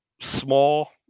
small